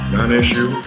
Non-issue